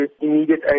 immediate